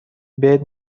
بیایید